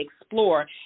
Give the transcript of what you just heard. explore